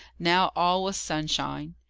now, all was sunshine.